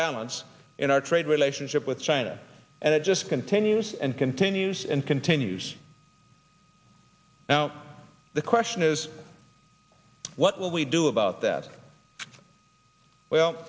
balance in our trade relationship with china and it just continues and continues and continues now the question is what will we do about that well